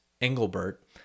Engelbert